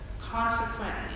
Consequently